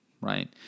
right